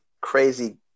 crazy